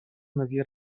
нові